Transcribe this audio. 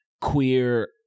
queer